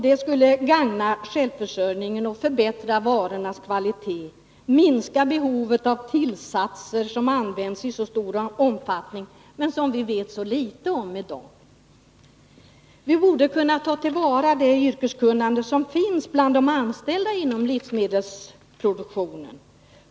Det skulle gagna självförsörjningen och förbättra varornas kvalitet, minska behovet av tillsatser som används i så stor omfattning men som vi vet så litet om i dag. Vi borde kunna ta till vara det yrkeskunnande som finns hos de anställda inom livsmedelsproduktionen.